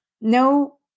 No